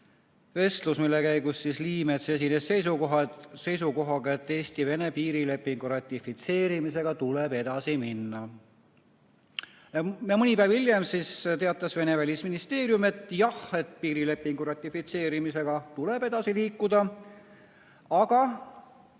vestlus, mille käigus Liimets esines seisukohaga, et Eesti-Vene piirilepingu ratifitseerimisega tuleb edasi minna. Mõni päev hiljem teatas Vene välisministeerium, et jah, piirilepingu ratifitseerimisega tuleb edasi liikuda, aga